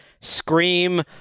Scream